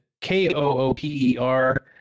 K-O-O-P-E-R